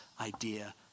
idea